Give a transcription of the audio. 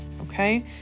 Okay